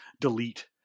delete